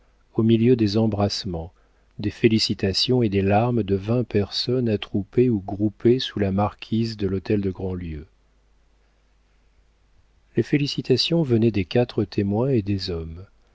au milieu des embrassements des félicitations et des larmes de vingt personnes attroupées ou groupées sous la marquise de l'hôtel de grandlieu les félicitations venaient des quatre témoins et des hommes